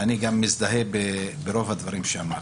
ואני גם מזדהה עם רוב הדברים שאמרת,